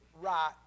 right